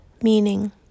meaning